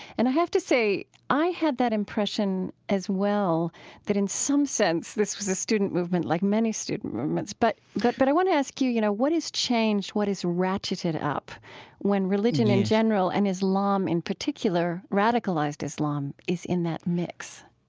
and i have to say i had that impression as well that in some sense this was a student movement like many student movements. but but but i want to ask you you know what has changed what has ratcheted up when religion in general and islam in particular radicalized islam is in that mix?